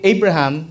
Abraham